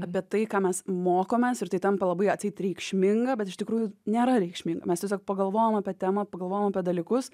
apie tai ką mes mokomės ir tai tampa labai atseit reikšminga bet iš tikrųjų nėra reikšminga mes tiesiog pagalvojom apie temą pagalvojom apie dalykus